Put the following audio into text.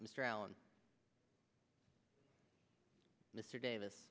mr allen mr davis